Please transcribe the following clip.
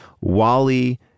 Wally